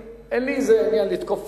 תאמין לי שאין לי איזה עניין לתקוף,